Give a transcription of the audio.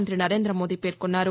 మంతి నరేంద మోదీ పేర్కొన్నారు